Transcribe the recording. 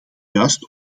juist